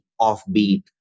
offbeat